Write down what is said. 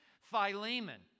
Philemon